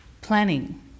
planning